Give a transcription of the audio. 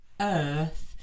earth